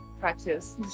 practice